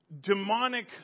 demonic